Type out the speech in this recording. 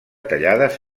tallades